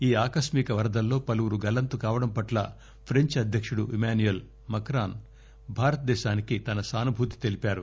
ఈ ఆకస్మిక వరదల్లో పలువురు గల్లంతుకావడం పట్ల ఫ్రెంచ్ అధ్యకుడు ఇమాన్యుయేల్ మఖ్రాన్ భారత దేశానికి తన సానుభూతి తెలిపారు